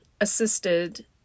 assisted